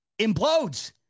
implodes